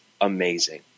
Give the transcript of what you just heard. amazing